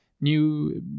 new